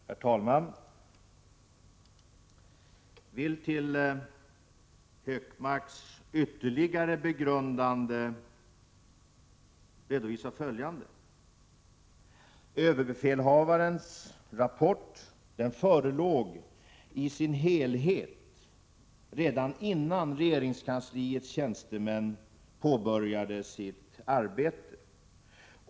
Herr talman! Jag vill för herr Hökmarks ytterligare begrundande belysa följande. Överbefälhavarens rapport förelåg i sin helhet redan innan regeringskansliets tjänstemän påbörjade arbetet.